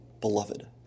beloved